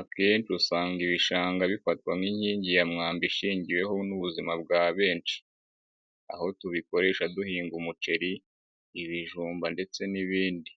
Akenshi usanga ibishanga bifatwa nk'inkingi ya mwamba ishingiweho n'ubuzima bwa benshi, aho tubikoresha duhinga umuceri, ibijumba ndetse n'ibindi,